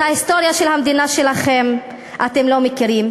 את ההיסטוריה של המדינה שלכם אתם לא מכירים.